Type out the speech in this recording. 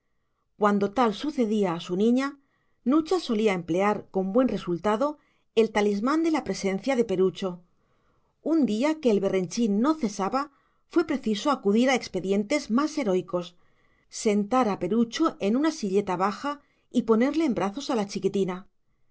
cuando tal sucedía a su niña nucha solía emplear con buen resultado el talismán de la presencia de perucho un día que el berrenchín no cesaba fue preciso acudir a expedientes más heroicos sentar a perucho en una silleta baja y ponerle en brazos a la chiquitina